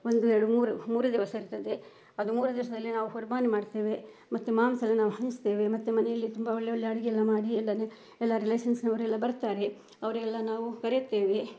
ಒಂದು ಎರಡು ಮೂರು ಮೂರೇ ದಿವಸ ಇರ್ತದೆ ಅದು ಮೂರೇ ದಿವಸದಲ್ಲಿ ನಾವು ಹುರ್ಬಾನ್ ಮಾಡ್ತೇವೆ ಮತ್ತು ಮಾಂಸ ಎಲ್ಲ ನಾವು ಹಂಚ್ತೇವೆ ಮತ್ತೆ ಮನೆಯಲ್ಲಿ ತುಂಬ ಒಳ್ಳೆ ಒಳ್ಳೆ ಅಡುಗೆಯೆಲ್ಲ ಮಾಡಿ ಎಲ್ಲ ಎಲ್ಲ ರಿಲೇಶನ್ಸ್ನವರೆಲ್ಲ ಬರ್ತಾರೆ ಅವರೆಲ್ಲ ನಾವು ಕರೆಯುತ್ತೇವೆ